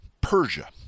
Persia